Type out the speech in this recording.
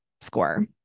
score